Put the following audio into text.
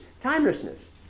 timelessness